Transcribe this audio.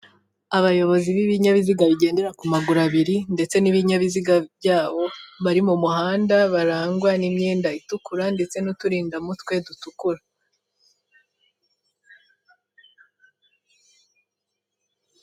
Abayobozi b'ibinyabiziga bagendera ku maguru abiri ndetse n'ibinyabiziga byabo, bari mu muhanda barangwa n'imyenda itukura ndetse n'uturindamutwe dutukura.